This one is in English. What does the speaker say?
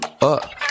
up